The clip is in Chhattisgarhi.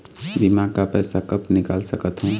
बीमा का पैसा कब निकाल सकत हो?